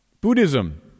Buddhism